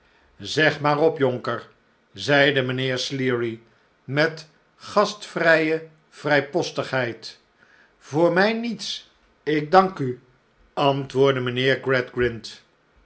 zeg maar op jonker zeide mijnheer sleary met gastvrije vrijpostigheid voor mij niets ik dank u antwoordde mijnheer